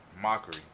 Mockery